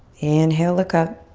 inhale, look up.